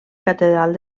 catedral